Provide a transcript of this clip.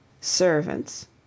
Servants